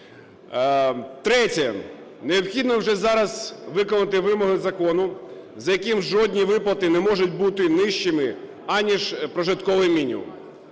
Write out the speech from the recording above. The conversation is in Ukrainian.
Третє. Необхідно вже зараз виконати вимоги закону, за яким жодні виплати не можуть бути нижчими, аніж прожитковий мінімум.